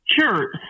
Sure